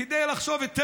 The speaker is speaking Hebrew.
כדי לחשוף את האמת,